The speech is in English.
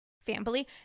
Family